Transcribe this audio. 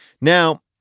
Now